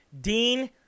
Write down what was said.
Dean